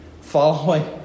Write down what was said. Following